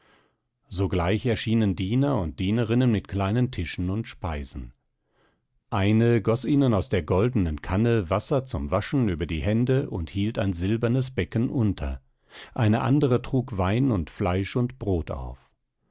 sogleich erschienen diener und dienerinnen mit kleinen tischen und speisen eine goß ihnen aus der goldenen kanne wasser zum waschen über die hände und hielt ein silbernes becken unter eine andere trug wein und fleisch und brot auf